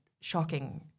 shocking